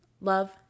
Love